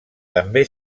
també